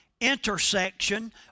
intersection